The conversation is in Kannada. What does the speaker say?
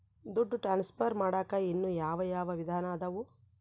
ದುಡ್ಡು ಟ್ರಾನ್ಸ್ಫರ್ ಮಾಡಾಕ ಇನ್ನೂ ಯಾವ ಯಾವ ವಿಧಾನ ಅದವು?